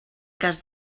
cas